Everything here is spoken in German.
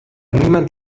niemand